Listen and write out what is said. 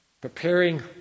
preparing